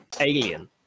alien